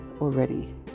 already